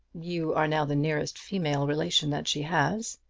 you are now the nearest female relation that she has.